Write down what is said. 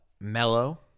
Mellow